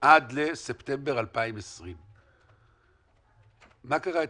עד לספטמבר 2020. מה קרה אתמול?